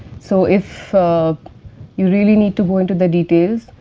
so, if you really need to go into the details,